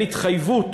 ואין התחייבות